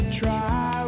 try